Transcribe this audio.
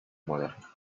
moderna